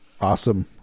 Awesome